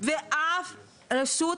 ואף רשות,